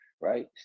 right